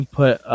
put